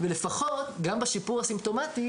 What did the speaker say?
ולפחות גם בשיפור הסימפטומטי